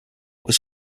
was